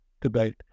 debate